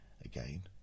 Again